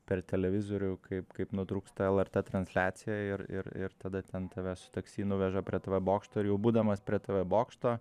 per televizorių kaip kaip nutrūksta lrt transliacija ir ir ir tada ten tave su taksi nuveža prie tv bokšto ir jau būdamas prie tv bokšto